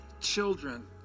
children